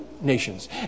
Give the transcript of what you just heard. nations